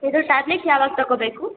ಇದು ಟ್ಯಾಬ್ಲೆಟ್ ಯಾವಾಗ ತಕೊಬೇಕು